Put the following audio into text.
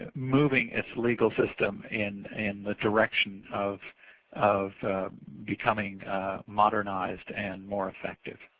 moving its legal system in in the direction of of becoming modernized and more effective.